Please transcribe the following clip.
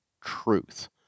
truth